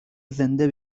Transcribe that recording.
زنده